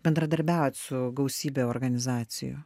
bendradarbiaujat su gausybe organizacijų